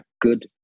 Good